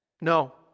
No